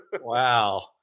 Wow